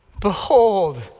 Behold